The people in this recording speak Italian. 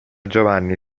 giovanni